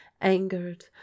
angered